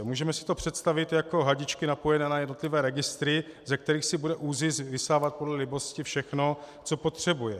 Můžeme si to představit jako hadičky napojené na jednotlivé registry, ze kterých si bude ÚZIS vysávat podle libosti všechno, co potřebuje.